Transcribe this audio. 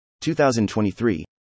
2023